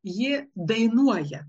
ji dainuoja